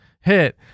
hit